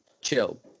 Chill